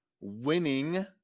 winning